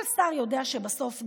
כל שר יודע שבסוף,